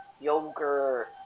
yogurt